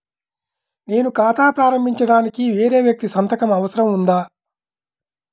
నేను ఖాతా ప్రారంభించటానికి వేరే వ్యక్తి సంతకం అవసరం ఉందా?